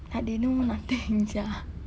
like they know nothing sia